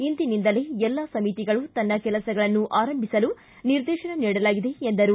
ಇಂದಿನಿಂದಲೇ ಎಲ್ಲಾ ಸಮಿತಿಗಳು ತನ್ನ ಕೆಲಸಗಳನ್ನು ಆರಂಭಿಸಲು ನಿರ್ದೇಶನ ನೀಡಲಾಗಿದೆ ಎಂದರು